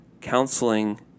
counseling